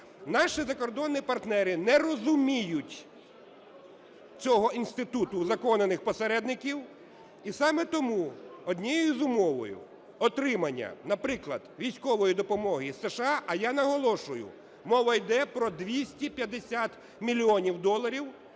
Наші закордонні партнери не розуміють цього інституту узаконених посередників і саме тому однією із умов отримання, наприклад, військової допомоги із США, а я наголошую, мова йде про 250 мільйонів доларів,